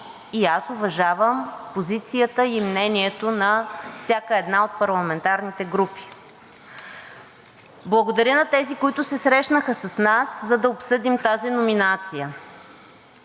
и аз уважавам позицията и мнението на всяка една от парламентарните групи. Благодаря на тези, които се срещнаха с нас, за да обсъдим тази номинация.